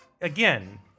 again